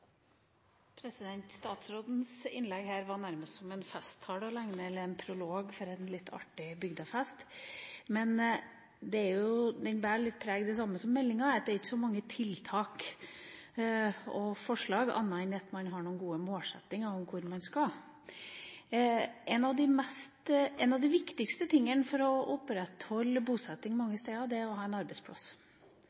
Statsrådens innlegg var nærmest å regne som en festtale eller en prolog til en litt artig bygdefest. Men det bærer litt preg av det samme som meldinga: Det er ikke så mange tiltak og forslag, annet enn at man har noen gode målsettinger om hvor man skal. Noe av det viktigste for å opprettholde bosetting mange steder er arbeidsplasser – det å